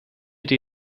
die